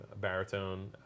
baritone